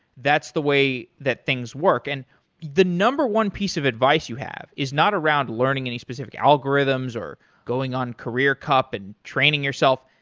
that's the way that things work. and the number one piece of advice you have is not around learning any specific algorithms or going on career cup and training yourself,